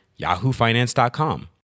yahoofinance.com